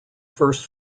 first